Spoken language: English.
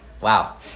Wow